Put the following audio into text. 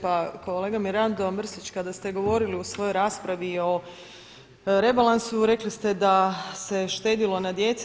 Pa kolega Mirando Mrsić kada ste govorili u svojoj raspravi o rebalansu rekli ste da se štedilo na djeci.